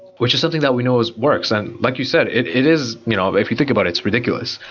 which is something that we know is works. and like you said, it it is you know but if you think about it, it's ridiculous.